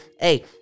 Hey